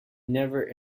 never